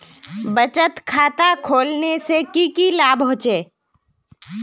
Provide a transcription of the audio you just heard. बचत खाता खोलने से की की लाभ होचे?